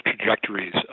trajectories